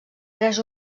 tres